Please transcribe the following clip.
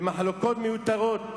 במחלוקות מיותרות,